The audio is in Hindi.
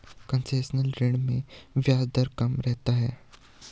कंसेशनल ऋण में ब्याज दर कम रहता है